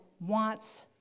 wants